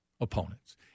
opponents